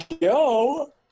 go